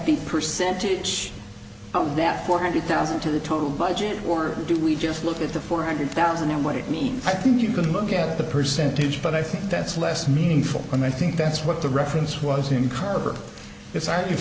the percentage that four hundred thousand to the total budget or do we just look at the four hundred thousand and what it means i think you can look at the percentage but i think that's less meaningful and i think that's what the reference was in carver